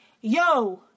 Yo